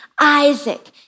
Isaac